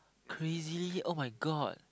crazy [oh]-my-god